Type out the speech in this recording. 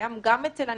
שקיים גם אצל הנציבות,